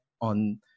on